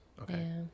okay